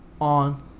on